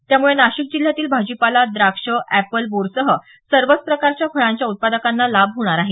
त्यामुळे नाशिक जिल्ह्यातील भाजीपाला द्राक्ष एपल बोरसह सर्वच प्रकारच्या फळांच्या उत्पादकांना लाभ होणार आहे